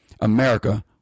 America